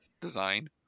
design